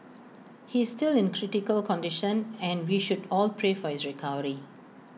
he's still in critical condition and we should all pray for his recovery